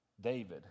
David